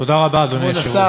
תודה רבה, אדוני היושב-ראש.